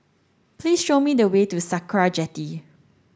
please show me the way to Sakra Jetty